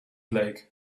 lake